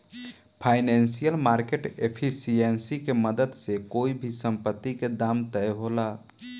financial market efficiency के मदद से कोई भी संपत्ति के दाम तय होला